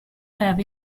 have